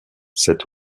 cet